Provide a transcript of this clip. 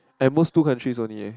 at most two countries only eh